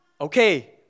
Okay